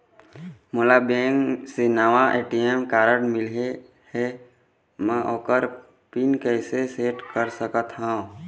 मोला बैंक से नावा ए.टी.एम कारड मिले हे, म ओकर पिन कैसे सेट कर सकत हव?